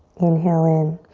inhale in.